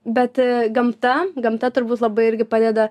bet gamta gamta turbūt labai irgi padeda